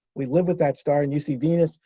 we live with that star, and you see venus,